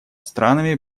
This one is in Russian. странами